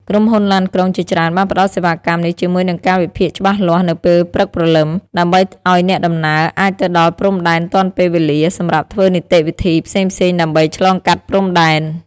ក្រុមហ៊ុនឡានក្រុងជាច្រើនបានផ្តល់សេវាកម្មនេះជាមួយនឹងកាលវិភាគច្បាស់លាស់នៅពេលព្រឹកព្រលឹម ដើម្បីឱ្យអ្នកដំណើរអាចទៅដល់ព្រំដែនទាន់ពេលវេលាសម្រាប់ធ្វើនីតិវិធីផ្សេងៗដើម្បីឆ្លងកាត់ព្រំដែន។